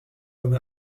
comme